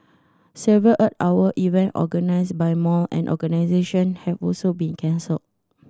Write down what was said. several Earth Hour event organised by mall and organisation have also been cancelle